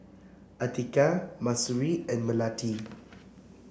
Atiqah Mahsuri and Melati